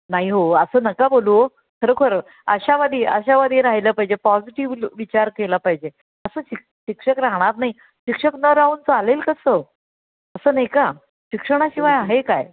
नाही हो असं नका बोलू हो खरोखर अशावादी अशावादी राहिलं पाहिजे पॉझिटिव्ह विचार केला पाहिजे असं शिक शिक्षक राहणार नाही शिक्षक न राहून चालेल कसं असं नाही का शिक्षणाशिवाय आहे काय